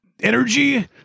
energy